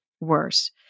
worse